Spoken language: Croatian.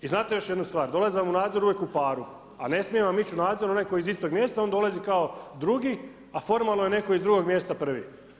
I znate još jednu stvar, dolazi vam u nadzor uvijek u paru a ne smije vam ići u nadzor onaj koji je iz istog mjesta, on dolazi kao drugi a formalno je netko iz drugog mjesta prvi.